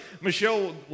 Michelle